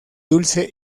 dulce